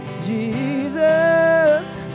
Jesus